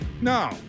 No